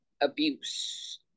abuse